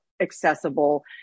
accessible